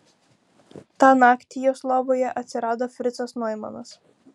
tą naktį jos lovoje atsirado fricas noimanas